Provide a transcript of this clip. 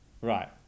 right